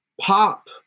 Pop